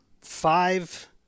five